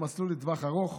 מסלול לטווח ארוך.